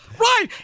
Right